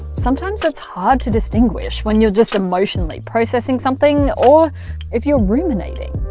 sometimes it's hard to distinguish when you're just emotionally processing something or if you're ruminating.